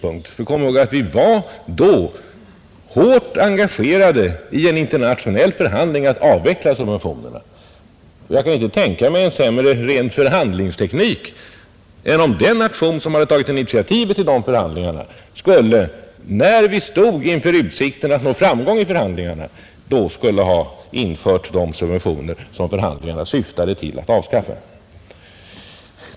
Vi skall komma ihåg att vi då var hårt engagerade i en internationell förhandling om att avveckla subventionerna, Jag kan inte tänka mig en sämre förhandlingsteknik, när vi stod inför utsikterna att nå framgång i förhandlingarna, än om den nation som hade tagit initiativet till förhandlingarna skulle ha infört de subventioner som förhandlingarna syftade till att avskaffa.